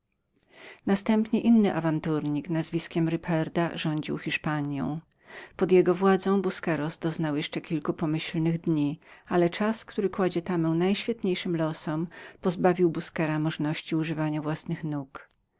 następnie inny awanturnik nazwiskiem ripeda rządził hiszpanią pod jego władzą busqueros doznał jeszcze kilku pomyślnych dni ale czas który kładnie tamę najświetniejszym przeznaczeniom pozbawił busquera możności używania własnych nóg